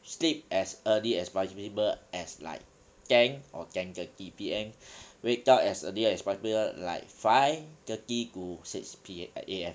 sleep as early as possible as like ten or ten thirty P_M wake up as early as possible like five thirty to six P~ A_M